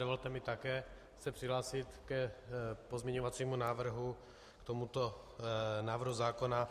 Dovolte mi také se přihlásit ke pozměňovacímu návrhu k tomuto návrhu zákona.